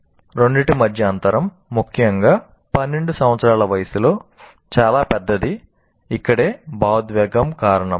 రొండిటి మధ్య అంతరం ముఖ్యంగా 12 సంవత్సరాల వయస్సులో చాలా పెద్దది ఇక్కడే భావోద్వేగం కారణం